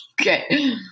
okay